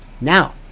Now